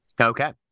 Okay